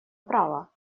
права